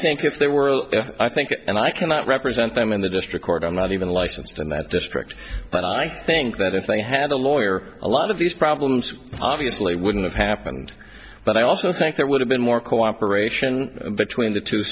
think if they were i think and i cannot represent them in the district court i'm not even licensed in that district but i think that if they had a lawyer a lot of these problems obviously wouldn't have happened but i also think there would have been more cooperation between the two